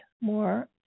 more